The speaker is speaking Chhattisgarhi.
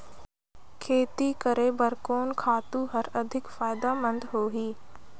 खेती करे बर कोन खातु हर अधिक फायदामंद होही?